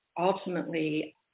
ultimately